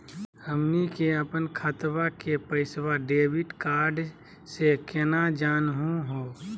हमनी के अपन खतवा के पैसवा डेबिट कार्ड से केना जानहु हो?